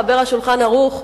מחבר ה"שולחן ערוך",